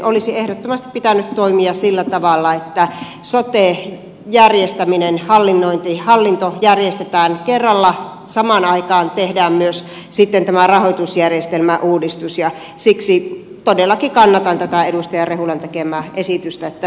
olisi ehdottomasti pitänyt toimia sillä tavalla että sote järjestäminen ja hallinnointi järjestetään kerralla samaan aikaan tehdään myös sitten tämä rahoitusjärjestelmäuudistus ja siksi todellakin kannatan tätä edustaja rehulan tekemää esitystä että tässä kiiruhdettaisiin